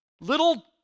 little